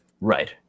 Right